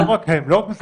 ולא רק משרד הבריאות.